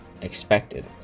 expected